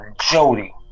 Jody